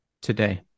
today